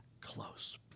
close